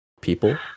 people